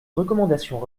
recommandations